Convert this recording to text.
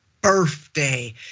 birthday